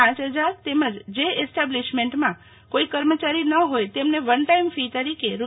પ હજાર તેમજ જે એસ્ટાબ્લીશમેન્ટમાં કોઇ કર્મચારી ન હોય તેમને વન ટાઇમ ફી તરીકે રૂ